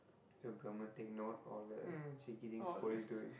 the government take note all the cheeky things police doing